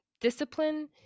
discipline